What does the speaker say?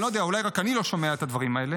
אני לא יודע, אולי רק אני לא שומע את הדברים האלה.